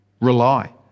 Rely